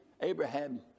Abraham